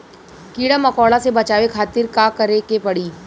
कीड़ा मकोड़ा से बचावे खातिर का करे के पड़ी?